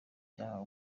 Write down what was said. cyahawe